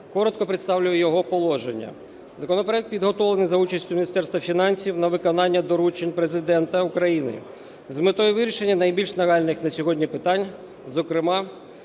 Коротко представлю його положення. Законопроект підготовлений за участю Міністерства фінансів на виконання доручень Президента України з метою вирішення найбільш нагальних на сьогодні питань. Зокрема,